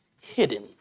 hidden